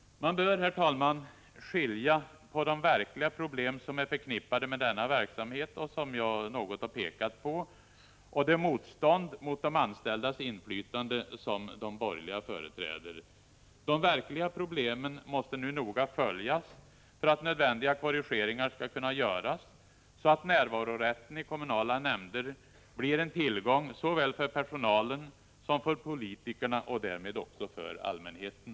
Man bör, herr talman, skilja på de verkliga problem som är förknippade med denna verksamhet — och som jag något har pekat på — och det motstånd mot de anställdas inflytande som de borgerliga företräder. De verkliga problemen måste noga följas för att nödvändiga korrigeringar skall kunna göras, så att närvarorätten i kommunala nämnder blir till en tillgång såväl för personalen som för politikerna och därmed också för allmänheten.